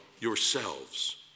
yourselves